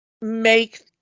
make